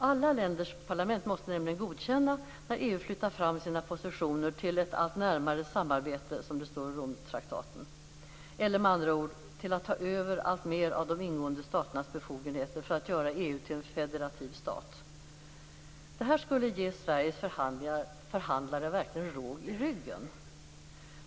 Alla länders parlament måste nämligen godkänna när EU flyttar fram sina positioner till ett allt närmare samarbete, som det står i Romtraktaten, eller med andra ord till att ta över alltmer av de ingående staternas befogenheter för att göra EU till en federativ stat. Detta skulle verkligen ge Sveriges förhandlare råg i ryggen.